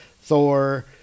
thor